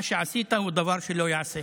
מה שעשית הוא דבר שלא ייעשה.